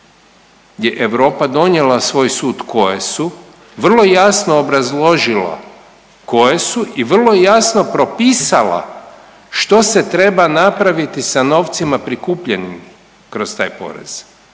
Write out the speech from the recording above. gdje je Europa donijela svoj sud koje su, vrlo jasno obrazložila koje su i vrlo jasno propisala što se treba napraviti sa novcima prikupljenim kroz taj porez.